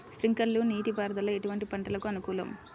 Sprinkler నీటిపారుదల ఎటువంటి పంటలకు అనుకూలము?